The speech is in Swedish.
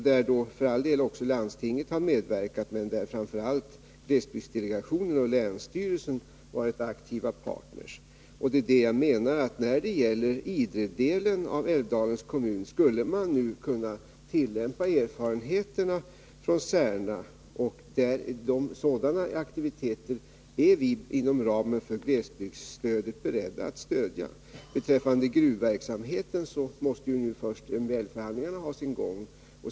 Där har för all del även landstinget medverkat, men framför allt har glesbygdsdelegationen och länsstyrelsen varit aktiva partner. Jag menar, att när det gäller Idredelen av Älvdalens kommun skulle man nu kunna tillämpa erfarenheterna från Särna. Sådana aktiviteter är vi beredda att stödja inom ramen för glesbygdsstödet. Beträffande gruvverksamheten måste först MBL-förhandlingarna ha sin gång.